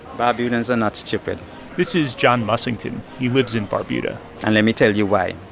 barbudans are not stupid this is john mussington. he lives in barbuda and let me tell you why.